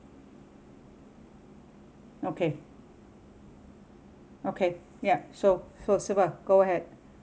okay okay ya so so siva go ahead